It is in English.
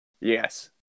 Yes